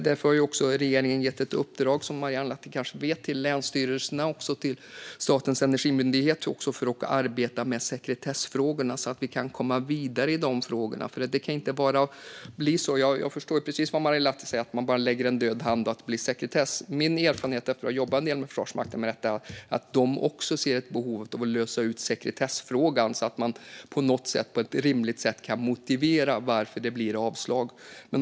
Därför har också regeringen gett ett uppdrag, som Marielle Lahti kanske vet, till länsstyrelserna och Statens energimyndighet att arbeta med sekretessfrågorna så att vi kan komma vidare i de frågorna. Jag förstår precis vad Marielle Lahti säger om att man bara lägger en död hand med att det blir sekretess. Min erfarenhet efter att ha jobbat en del med Försvarsmakten med detta är att den också ser ett behov av att lösa ut sekretessfrågan så att man på ett rimligt sätt kan motivera varför det blir avslag.